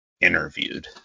interviewed